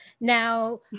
Now